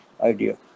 idea